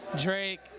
Drake